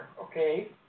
okay